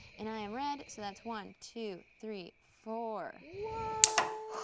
and i am red, so that's one, two, three, four. what?